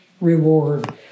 reward